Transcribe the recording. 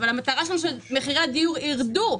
אבל המטרה שלנו היא שמחירי הדיור ירדו.